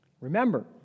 Remember